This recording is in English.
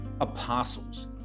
apostles